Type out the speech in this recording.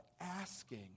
asking